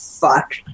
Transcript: fuck